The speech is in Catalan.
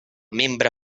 membre